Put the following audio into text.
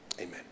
Amen